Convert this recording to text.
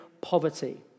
poverty